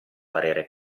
parere